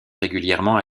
régulièrement